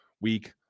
week